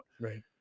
right